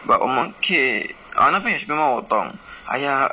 but 我们可以 ah 那边有 shopping mall 我懂 !aiya!